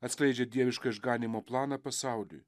atskleidžia dievišką išganymo planą pasauliui